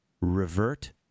revert